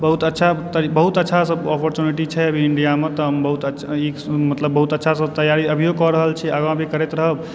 बहुत अच्छा बहुत अच्छा ऑपर्चुनिटी छै अभी इण्डियामऽ तऽ हम बहुत अच्छा तऽ मतलब हम बहुत अच्छासँ तैआरी अभिओ कऽ रहल छी आगाँ भी करैत रहब